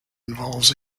involves